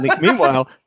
meanwhile